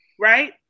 right